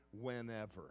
whenever